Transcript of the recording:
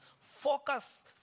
Focus